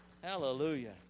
Hallelujah